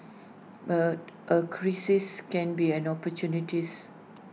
but A crisis can be an opportunities